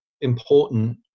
important